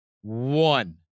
one